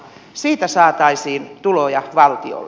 siitä saataisiin tuloja valtiolle